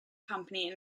company